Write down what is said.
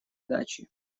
дачи